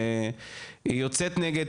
היא יוצאת נגד,